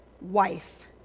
wife